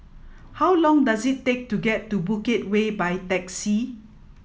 how long does it take to get to Bukit Way by taxi